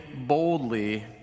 boldly